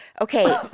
okay